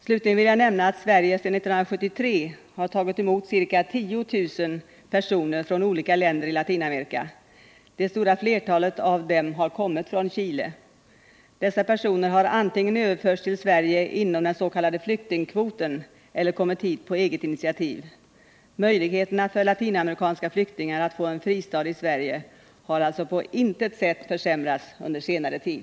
Slutligen vill jag nämna att Sverige sedan 1973 har tagit emot ca 10 000 personer från olika länder i Latinamerika. Det stora flertalet av dem har kommit från Chile. Dessa personer har antingen överförts till Sverige inom den s.k. flyktingkvoten eller kommit hit på eget initiativ. Möjligheterna för latinamerikanska flyktingar att få en fristad i Sverige har alltså på intet sätt förändrats under senare tid.